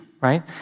right